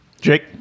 jake